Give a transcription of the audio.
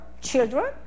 children